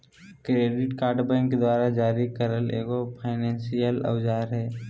credit card bank द्वारा जारी करल एगो फायनेंसियल औजार हइ